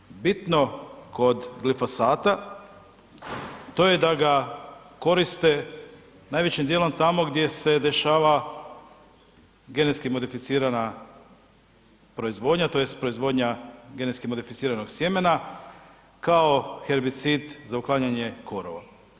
Ono što je bitno kod glifosata to je da ga koriste najvećim dijelom tamo gdje se dešava genetski modificirana proizvodnja, tj. proizvodnja genetski modificiranog sjemena kao herbicid za uklanjanje korova.